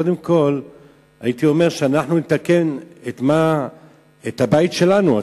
קודם כול הייתי אומר שנתקן את הבית שלנו,